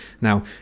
Now